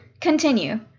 Continue